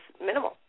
minimal